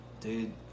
dude